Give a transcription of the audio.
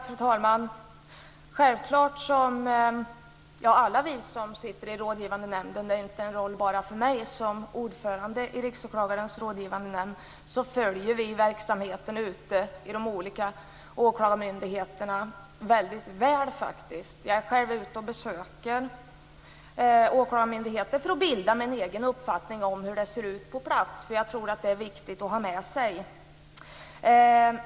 Fru talman! Självklart följer vi alla i Riksåklagarens rådgivande nämnd - det är inte bara en roll för mig som ordförande i nämnden - verksamheten väl ute i de olika åklagarmyndigheterna. Jag är själv ute och besöker åklagarmyndigheter för att bilda mig en egen uppfattning om hur det ser ut på plats. Det är viktigt att ha med sig.